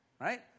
Right